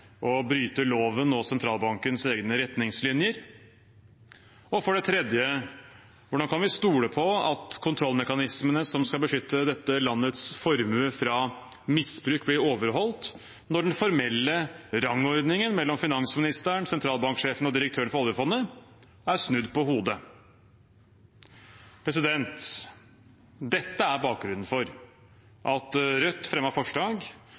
å bryte loven og sentralbankens egne retningslinjer? Og for det tredje: Hvordan kan vi stole på at kontrollmekanismene som skal beskytte dette landets formue fra misbruk, blir overholdt når den formelle rangordningen mellom finansministeren, sentralbanksjefen og direktøren for oljefondet er snudd på hodet? Dette er bakgrunnen for at Rødt fremmet forslag